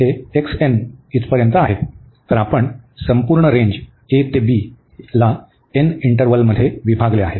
तर आपण संपूर्ण रेंज a ते b ला n इंटरवलमध्ये विभागली आहे